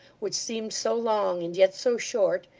which seemed so long, and yet so short,